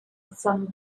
from